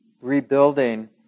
rebuilding